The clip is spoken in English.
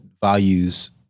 values